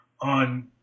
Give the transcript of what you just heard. on